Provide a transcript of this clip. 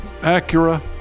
Acura